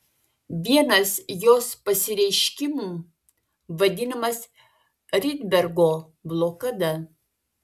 vienas jos pasireiškimų vadinamas rydbergo blokada